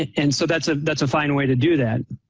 and so that's ah that's a fine way to do that.